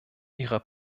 ihrer